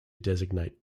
designate